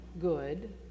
good